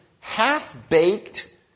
half-baked